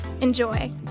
Enjoy